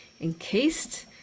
encased